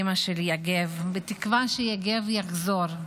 אימא של יגב, בתקווה שיגב יחזור.